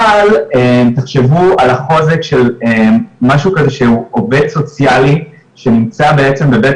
אבל תחשבו על החוזק של משהו כזה שעובד סוציאלי שנמצא בעצם בבית